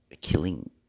killing